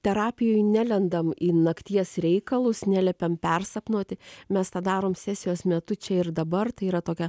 terapijoj nelendam į nakties reikalus neliepiam persapnuoti mes tą darom sesijos metu čia ir dabar tai yra tokia